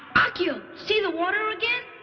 akio, see the water again?